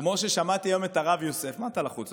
מה אתה לחוץ?